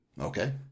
Okay